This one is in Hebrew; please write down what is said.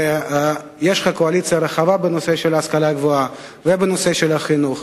ויש לך קואליציה רחבה בנושא ההשכלה הגבוהה ובנושא החינוך.